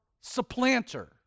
supplanter